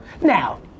Now